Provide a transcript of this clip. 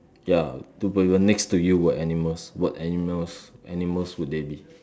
ya two people next to you were animals what animals animals would they be